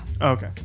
Okay